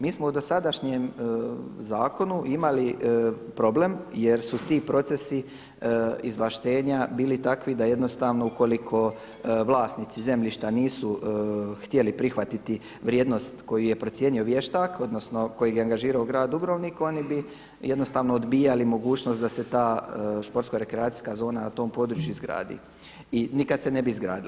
Mi smo u dosadašnjem zakonu imali problem jer su ti procesi izvlaštenja bili takvi da jednostavno ukoliko vlasnici zemljišta nisu htjeli prihvatiti vrijednost koju je procijenio vještak, odnosno kojega je angažirao grad Dubrovnik, oni bi jednostavno odbijali mogućnost da se ta športsko-rekreacijska zona na tom području izgradi i nikada se ne bi izgradila.